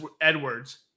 Edwards